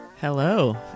Hello